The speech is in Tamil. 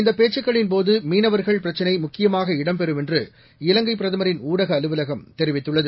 இந்தப் பேச்சுக்களின்போது மீனவர்கள் பிரச்சினை முக்கியமாக இடம்பெறும் என்று இலங்கைப் பிரதமரின் ஊடக அலுவலகம் தெரிவித்துள்ளது